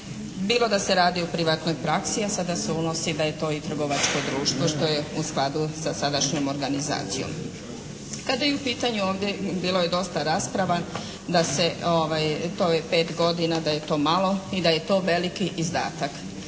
bilo da se radi o privatnoj praksi, a sada se unosi da je to i trgovačko društvo, što je u skladu sa sadašnjom organizacijom. Kada je u pitanju, ovdje, bilo je dosta rasprava da se, to 5 godina da je to malo i da je to veliki izdatak.